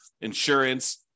insurance